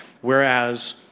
whereas